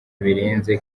birenze